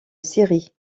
syrie